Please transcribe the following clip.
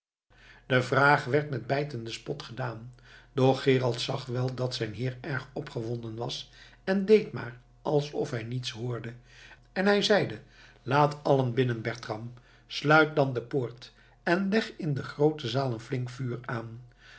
de vraag werd met bijtenden spot gedaan doch gerold zag wel dat zijn heer erg opgewonden was en deed maar alsof hij niets hoorde en hij zeide laat allen binnen bertram sluit dan de poort en leg in de groote zaal een flink vuur aan